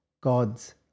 God's